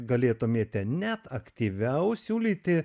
galėtumėte net aktyviau siūlyti